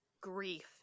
grief